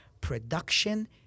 production